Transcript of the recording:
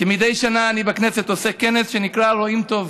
כמדי שנה, אני עושה בכנסת כנס שנקרא "רואים טוב",